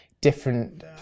different